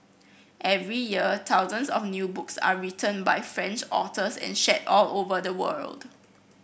every year thousands of new books are written by French authors and shared all over the world